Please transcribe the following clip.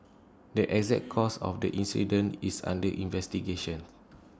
the exact cause of the incident is under investigation